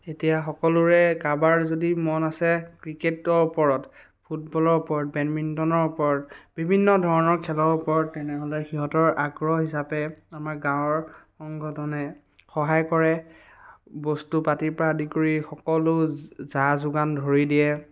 এতিয়া সকলোৰে কাবাৰ যদি মন আছে ক্ৰিকেটৰ ওপৰত ফুটবলৰ ওপৰত বেডমিণ্টনৰ ওপৰত বিভিন্ন ধৰণৰ খেলৰ ওপৰত তেনেহে'লে সিহঁতৰ আগ্ৰহ হিচাপে আমাৰ গাওঁৰ সংগঠনে সহায় কৰে বস্তু পাতিৰ পৰা আদি কৰি সকলো যা যোগান ধৰি দিয়ে